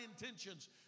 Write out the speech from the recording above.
intentions